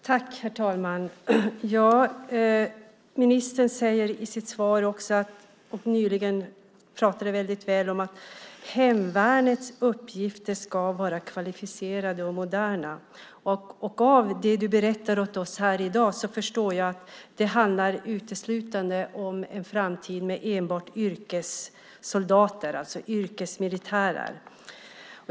Herr talman! Ministern säger i sitt svar, och pratade nyligen så väl om, att hemvärnets uppgifter ska vara kvalificerade och moderna. Av det du berättar för oss här i dag förstår jag att det uteslutande handlar om en framtid med enbart yrkessoldater, det vill säga yrkesmilitärer.